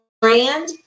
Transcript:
brand